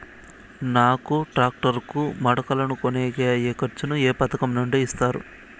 నాకు టాక్టర్ కు మడకలను కొనేకి అయ్యే ఖర్చు ను ఏ పథకం నుండి ఇస్తారు?